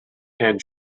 and